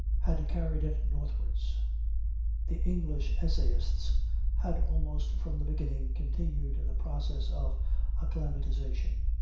had carried it northwards the english essayists had almost from the beginning continued the process of acclimatization.